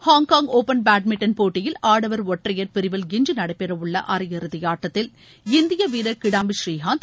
Hong Kong open badminton போட்டியில் ஆடவர் ஒற்றையர் பிரிவில் இன்று நடைபெற உள்ள அரையிறுதி ஆட்டத்தில் இந்திய வீரர் கிடாம்பி ழநீகாந்த்